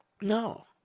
no